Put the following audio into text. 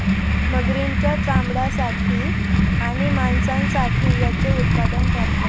मगरींच्या चामड्यासाठी आणि मांसासाठी याचे उत्पादन करतात